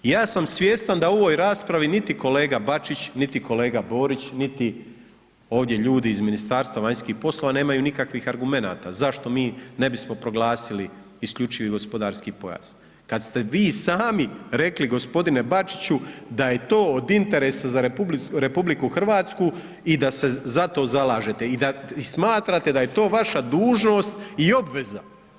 I ja sam svjestan da u ovoj raspravi niti kolega Bačić niti kolega Borić niti ovdje ljudi iz Ministarstva vanjskih poslova nemaju nikakvih argumenata, zašto mi ne bismo proglasili isključivi gospodarski pojas, kad ste vi sami rekli, g. Bačiću, da je to od interesa za RH i da se za to zalažete i da, smatrate da je to vaša dužnost i obveza.